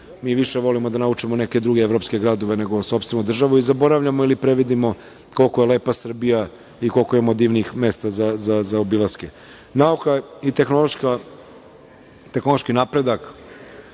Mi više volimo da naučimo neke druge evropske gradove nego sopstvenu državu i zaboravljamo ili previdimo koliko je lepa Srbija i koliko imamo divnih mesta za obilaske. Nauka i tehnološki napredak,